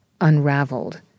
unraveled